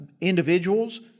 individuals